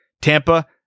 Tampa